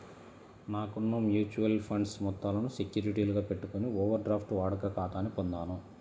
నాకున్న mutual funds మొత్తాలను సెక్యూరిటీలుగా పెట్టుకొని ఓవర్ డ్రాఫ్ట్ వాడుక ఖాతాని పొందాను